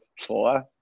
four